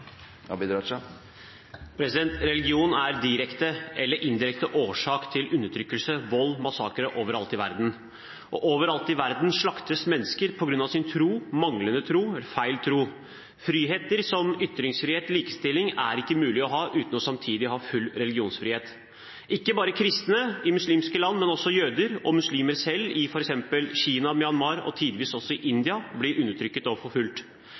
direkte eller indirekte årsak til undertrykkelse, vold og massakrer overalt i verden. Overalt i verden slaktes mennesker ned på grunn av sin tro, manglende tro eller feil tro. Friheter som ytringsfrihet og likestilling er ikke mulig å ha uten samtidig å ha full religionsfrihet. Ikke bare kristne i muslimske land, men også jøder og muslimer selv, i f.eks. Kina, Myanmar og tidvis også India, blir undertrykket og